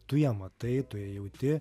tu ją matai tu ją jauti